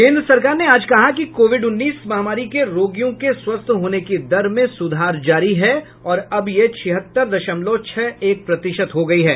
केन्द्र सरकार ने आज कहा कि कोविड उन्नीस महामारी के रोगियों के स्वस्थ होने की दर में सुधार जारी है और अब यह छिहत्तर दशमलव छह एक प्रतिशत हो गयी है